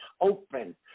open